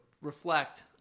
reflect